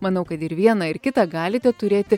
manau kad ir viena ir kita galite turėti